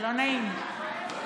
לא נעים.